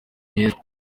myiza